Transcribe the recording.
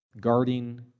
guarding